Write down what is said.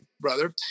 brother